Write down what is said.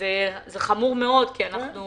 זה חמור מאוד כי אנחנו